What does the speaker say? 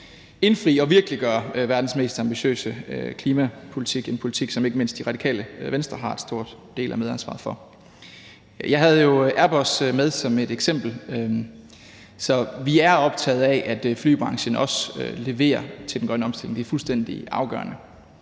indfri og virkeliggøre verdens mest ambitiøse klimapolitik, en politik, som ikke mindst Radikale Venstre har en stor del i og et medansvar for. Jeg havde jo Airbus med som et eksempel, så vi er også optaget af, at flybranchen leverer til den grønne omstilling. Det er fuldstændig afgørende.